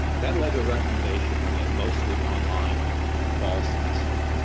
that led to a recommendation of a mostly online ah fall semester.